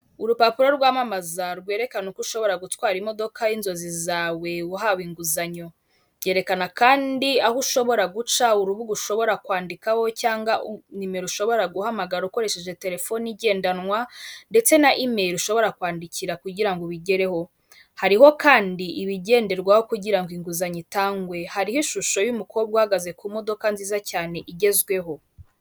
Urupapuro rwamamaza rwerekana uko ushobora gutwara imodoka yinzozi zawe wahawe inguzanyo, yerekana kandi aho ushobora guca urubuga ushobora kwandikaho cyangwa numero ushobora guhamagara ukoresheje terefone igendanwa ndetse na emeli ushobora kwandikira kugira ngo ubigereho hariho kandi ibigenderwaho kugira ngo inguzanyo itangwe, hariho ishusho y'umukobwa uhagaze ku modoka nziza cyane igezweho.